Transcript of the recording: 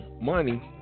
money